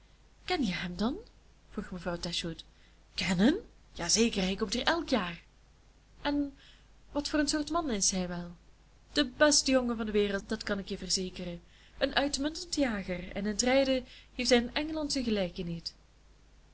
ken je hem dan vroeg mevrouw dashwood kennen ja zeker hij komt hier elk jaar en wat voor een soort man is hij wel de beste jongen van de wereld dat kan ik je verzekeren een uitmuntend jager en in t rijden heeft hij in engeland zijn gelijke niet